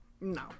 No